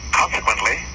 consequently